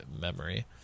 memory